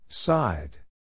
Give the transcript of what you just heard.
side